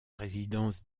résidence